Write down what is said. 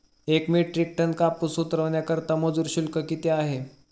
एक metric ton कापूस उतरवण्याकरता मजूर शुल्क किती आहे?